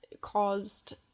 caused